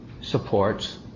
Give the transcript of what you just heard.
supports